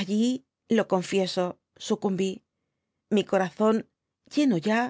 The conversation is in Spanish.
allí lo confieso suciunbi mi corazón lleno ya